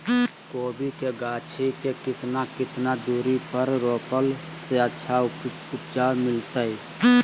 कोबी के गाछी के कितना कितना दूरी पर रोपला से अच्छा उपज मिलतैय?